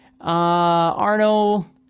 arno